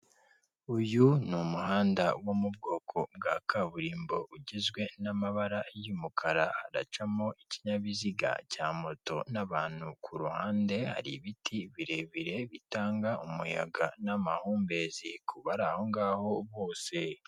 Uyu ni umuhanda wo mu bwoko bwa kaburimbo ugizwe n'amabara y'umukara, haracamo ikinyabiziga cya moto n'abantu, ku ruhande hari ibiti birebire bitanga umuyaga n'amahumbezi kubari ahongaho bose.